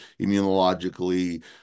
immunologically